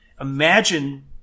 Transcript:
Imagine